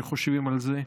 כשחושבים על זה,